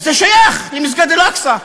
שייך למסגד אל-אקצא,